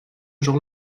jour